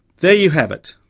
there you have it.